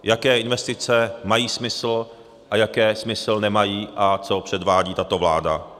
Jaké investice mají smysl a jaké smysl nemají a co předvádí tato vláda.